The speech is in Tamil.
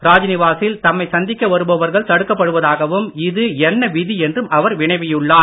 ராஜ்நிவா சில் தம்மை சந்திக்க வருபவர்கள் தடுக்கப் படுவதாகவும் இது என்ன விதி என்றும் அவர் வினவியுள்ளார்